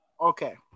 Okay